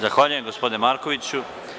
Zahvaljujem gospodine Markoviću.